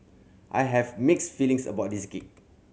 I have mixed feelings about this gig